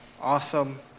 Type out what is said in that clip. awesome